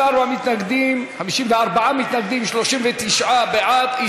54 מתנגדים, 39 בעד.